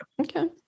Okay